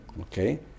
Okay